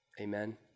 Amen